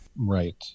Right